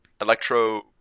electro